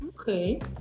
okay